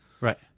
Right